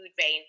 vein